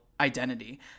identity